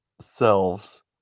selves